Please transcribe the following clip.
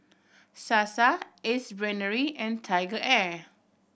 Sasa Ace Brainery and TigerAir